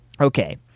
okay